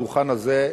ליד הדוכן הזה,